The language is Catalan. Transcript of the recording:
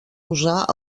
usar